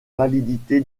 validité